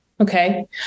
Okay